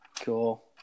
Cool